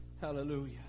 Hallelujah